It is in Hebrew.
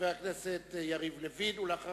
חבר הכנסת יריב לוין, בבקשה.